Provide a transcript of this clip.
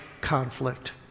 conflict